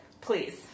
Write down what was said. Please